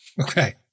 Okay